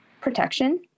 protection